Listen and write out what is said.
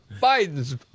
Biden's